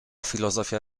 filozofia